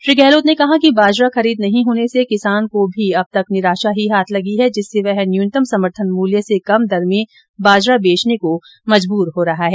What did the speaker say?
श्री गहलोत ने कहा कि बाजरा खरीद नहीं होने से किसान को भी अब तक निराशा ही हाथ लगी है जिससे वह न्यूनतम समर्थन मूल्य से कम दर में बाजरा बेचने को मजबूर हो रहा है